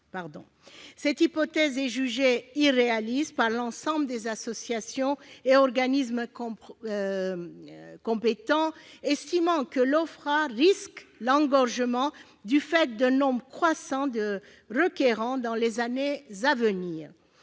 est effectivement jugée irréaliste par l'ensemble des associations et organismes compétents, lesquels estiment que l'OFPRA risque l'engorgement du fait d'un nombre croissant de requérants dans les années à venir.